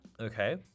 Okay